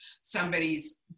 somebody's